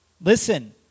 Listen